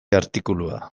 artikulua